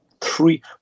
three